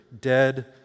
dead